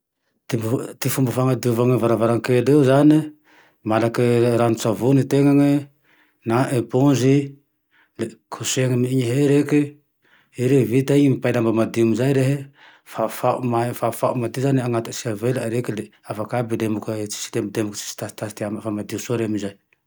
Ty fomba fanafiovane varavaran-kely io zane, mangalake ranon-tsavony tenane, na eponze, le kosehe amin'iny he reke, i re vita iny mipay lamba madio amy zay re, fafao madio zane anatiny sy ivelany reke le afaky aby lemboky, tsisy tsindembondemboky, tsisy tasitasy ty amae fa madio soa re ame zay